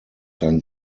sein